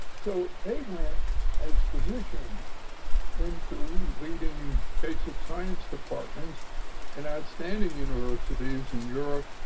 so they went as physicians into leading basic science departments and outstanding universities in europe,